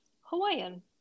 Hawaiian